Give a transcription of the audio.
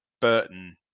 Burton